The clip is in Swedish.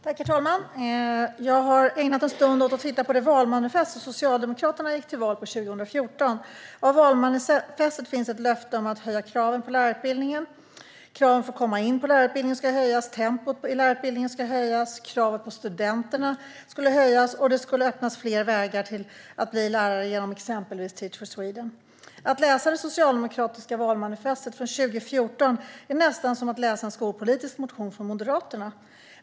Herr talman! Jag har ägnat en stund åt att titta på det valmanifest som Socialdemokraterna gick till val på 2014. I valmanifestet finns ett löfte om att höja kraven på lärarutbildningen. Kraven för att komma in på lärarutbildningen skulle höjas, och tempot i lärarutbildningen skulle höjas. Kraven på studenterna skulle höjas, och det skulle öppnas fler vägar till att bli lärare genom exempelvis Teach for Sweden. Att läsa det socialdemokratiska valmanifestet från 2014 är nästan som att läsa en skolpolitisk motion från Moderaterna.